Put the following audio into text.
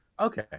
Okay